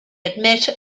admit